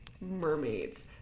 mermaids